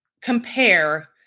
compare